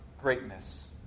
greatness